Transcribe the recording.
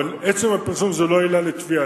אבל עצם הפרסום זה לא עילה לתביעה.